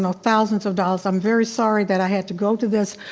and thousands of dollars. i'm very sorry that i had to go to this.